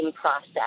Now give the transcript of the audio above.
process